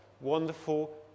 wonderful